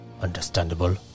understandable